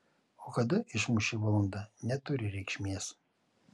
o kada išmuš ši valanda neturi reikšmės